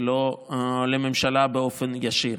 ולא לממשלה באופן ישיר.